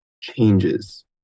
changes